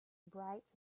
bright